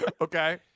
Okay